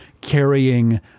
carrying